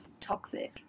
toxic